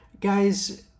Guys